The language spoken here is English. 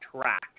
track